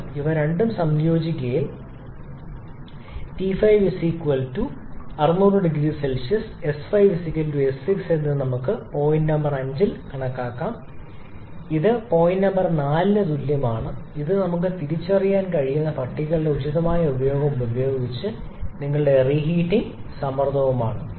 അതിനാൽ ഞങ്ങളും ഇവ രണ്ടും സംയോജിപ്പിച്ചാൽ we5 600⁰𝐶 𝑠5 𝑠6 എന്നിവ നമുക്ക് പോയിന്റ് നമ്പർ 5 ൽ പി കണക്കാക്കാം ഇത് പോയിന്റ് നമ്പർ 4 ന് തുല്യമാണ് ഇത് നമുക്ക് തിരിച്ചറിയാൻ കഴിയുന്ന പട്ടികകളുടെ ഉചിതമായ ഉപയോഗം ഉപയോഗിച്ച് നിങ്ങളുടെ റീഹീറ്റിങ് സമ്മർദ്ദമാണ്